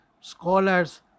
scholars